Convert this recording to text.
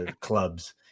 clubs